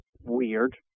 weird